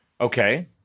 Okay